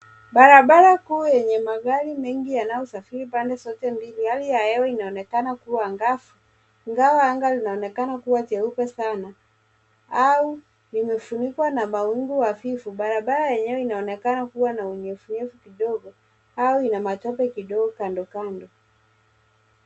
Barabara kuu yenye magari mengi yanayo safiri pande zote mbili. Hali ya hewa inaonekana kuwa angavu ingawa anga inaonekana kuwa jeupe sana au vimefunikwa na mawingu hafifu. Barabara yenyewe inaonekana kuwa na unyevu unyevu kidogo au ina matope kidogo kando kando.